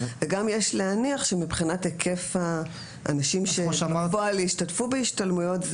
גם יש להניח שמבחינת היקף האנשים שישתתפו בהשתלמויות,